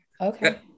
Okay